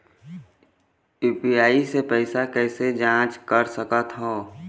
UPI से पैसा कैसे जाँच कर सकत हो?